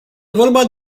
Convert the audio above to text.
vorba